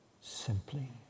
simply